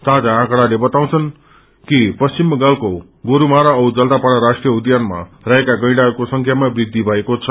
ताजा आकँड़ाले बाताउँछन् कि वश्चिम बंगालको गोरूमारा औ जल्दापाड़ा राष्ट्रिय उध्यानमा रहेका गैंड़ाहरूको संख्यामा वृद्धि भएको छ